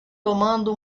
tomando